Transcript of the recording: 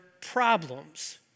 problems